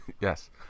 yes